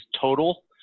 total